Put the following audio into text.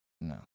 no